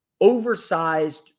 oversized